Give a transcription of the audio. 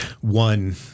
one